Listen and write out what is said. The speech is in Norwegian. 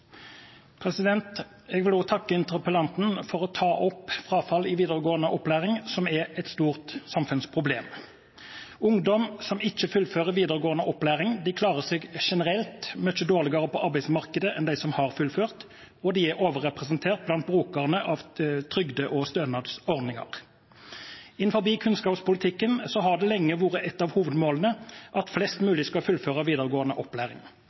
et stort samfunnsproblem. Ungdom som ikke fullfører videregående opplæring, klarer seg generelt mye dårligere på arbeidsmarkedet enn de som har fullført, og de er overrepresentert blant brukerne av trygde- og stønadsordninger. Innenfor kunnskapspolitikken har det lenge vært et av hovedmålene at flest mulig skal fullføre videregående opplæring.